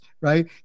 right